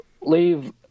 leave